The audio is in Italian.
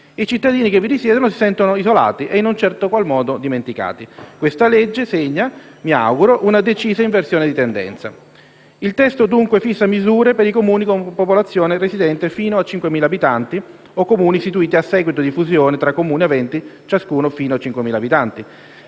I cittadini che vi risiedono si sentono isolati e, in un certo qual modo, dimenticati. Questa legge segna, mi auguro, una decisa inversione di tendenza. Il testo, dunque, fissa misure per i Comuni con popolazione residente fino a 5.000 abitanti o Comuni istituiti a seguito di fusione tra Comuni aventi, ciascuno, fino a 5000 abitanti.